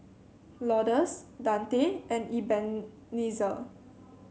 Lourdes Dante and Ebenezer